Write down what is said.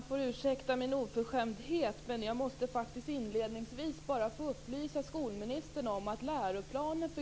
Fru talman!